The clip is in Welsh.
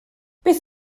beth